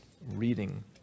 reading